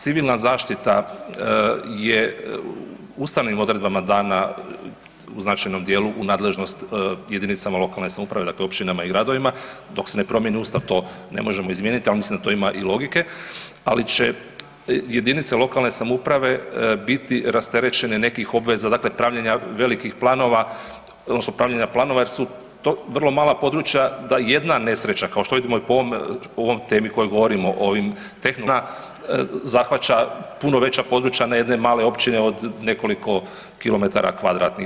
Civilna zaštita je u ustavni odredbama dana u značajnom djelu u nadležnost jedinicama lokalne samouprave, dakle općinama i gradovima, dok se ne promijeni Ustav, to ne možemo izmijeniti ali mislim da to ima i logike ali će jedinice lokalne samouprave biti rasterećene nekih obveza, dakle pravljenja velikih planova odnosno pravljena planova jer su vrlo mala područja da jedna nesreća kao što vidimo i po ovoj temi o kojoj govorimo, o ovim tehnološkim hazardima, da ona zahvaća puno veća područja jedne male općine od nekoliko kilometara kvadratnih.